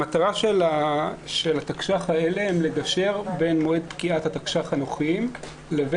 המטרה של התקש"ח האלה זה לקשר בין מועד פקיעת התקש"ח הנוכחיות לבין